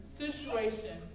situation